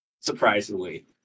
Surprisingly